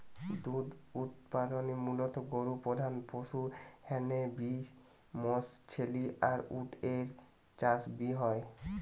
দুধ উতপাদনে মুলত গরু প্রধান পশু হ্যানে বি মশ, ছেলি আর উট এর চাষ বি হয়